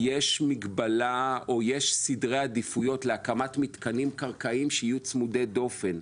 יש סדרי עדיפויות להקמת מתקנים קרקעיים שיהיו צמודי דופן.